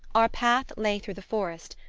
our path lay through the forest,